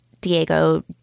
Diego